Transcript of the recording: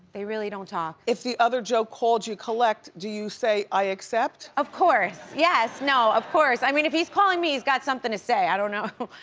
they really don't talk. if the other joe called you collect, do you say i accept? of course, yes. no, of course, i mean, he's calling me, he's got something to say, i don't know.